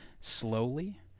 slowly